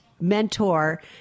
mentor